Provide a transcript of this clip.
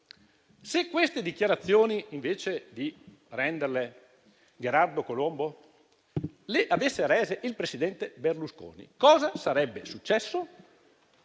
se queste dichiarazioni, invece di renderle Gherardo Colombo, le avesse rese il presidente Berlusconi, cosa sarebbe successo?